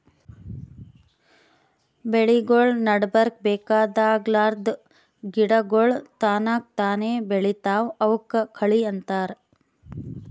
ಬೆಳಿಗೊಳ್ ನಡಬರ್ಕ್ ಬೇಕಾಗಲಾರ್ದ್ ಗಿಡಗೋಳ್ ತನಕ್ತಾನೇ ಬೆಳಿತಾವ್ ಅವಕ್ಕ ಕಳಿ ಅಂತಾರ